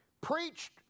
preached